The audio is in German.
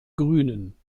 grünen